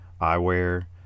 eyewear